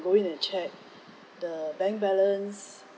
go in and check the bank balance